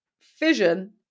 Fission